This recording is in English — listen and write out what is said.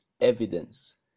evidence